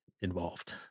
involved